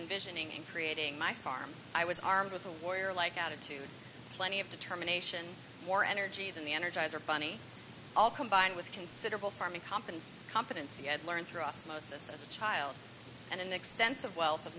envisioning and creating my farm i was armed with a warrior like attitude plenty of determination more energy than the energizer bunny all combined with considerable farming comp and competence he had learned through us most as a child and an extensive wealth of